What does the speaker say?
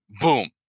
Boom